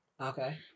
okay